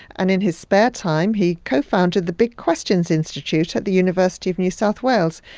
and in his spare time he co-founded the big questions institute at the university of new south wales,